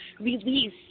release